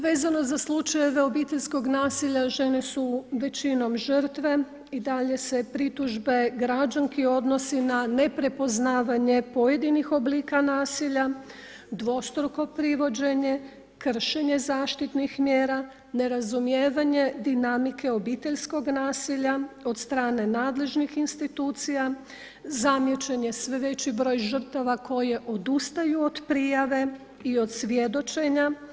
Vezano za slučajeve obiteljskog nasilja žene su većinom žrtve i dalje se pritužbe građanki odnosi na neprepoznavanje pojedinih oblika nasilja, dvostruko privođenje, kršenje zaštitnih mjera, nerazumijevanje dinamike obiteljskog nasilja od strane nadležnih institucija, zamijećen je sve veći broj žrtava koje odustaju od prijave i od svjedočenja.